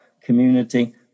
community